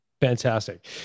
Fantastic